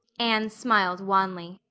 anne smiled wanly.